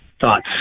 thoughts